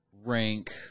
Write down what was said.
rank